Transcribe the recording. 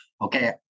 Okay